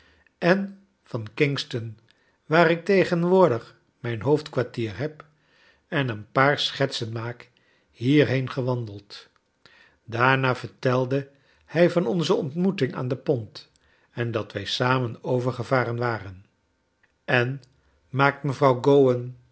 en van kingston waar ik tegenwoordig rnijn hoofdkwartier heb en een paar schetsen maak hierheen gewandeld daarna vertelde hij van onze ontmoeting aan de pont en dat wij samen overgevaren waren en rnaakt mevrouw